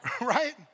Right